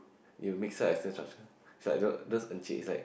you mix up essay structure is like those those Encik like